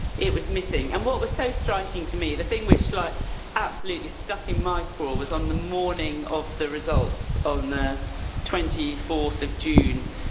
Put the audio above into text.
it was missing. and what was so striking to me, the thing which like absolutely stuck in my craw was on the morning of the results on the twenty fourth of june.